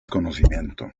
conocimiento